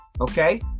Okay